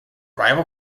rival